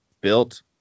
built